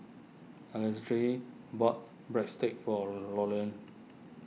Alexandre bought Breadsticks for Loriann